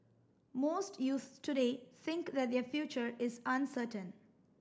most youths today think that their future is uncertain